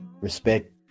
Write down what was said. respect